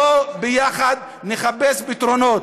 בואו ביחד נחפש פתרונות.